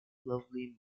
lovely